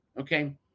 okay